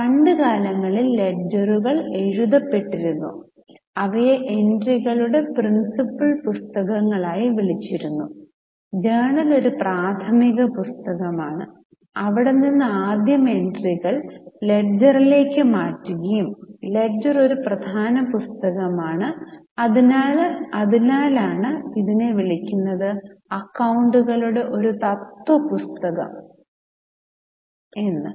പണ്ട് കാലങ്ങളിൽ ലെഡ്ജറുകൾ എഴുതപ്പെട്ടിരുന്നു അവയെ എൻട്രികളുടെ പ്രിൻസിപ്പിൽ പുസ്തകങ്ങളായി വിളിച്ചിരുന്നു ജേണൽ ഒരു പ്രാഥമിക പുസ്തകമാണ് അവിടെ നിന്ന് ആദ്യം എൻട്രികൾ ലെഡ്ജറിലേക്ക് മാറ്റുകയും ലെഡ്ജർ ഒരു പ്രധാന പുസ്തകമാണ് അതിനാലാണ് ഇതിനെ വിളിക്കുന്നത് അക്കൌണ്ടുകളുടെ ഒരു തത്വ പുസ്തകം ആയി കരുതുന്നത്